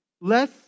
Less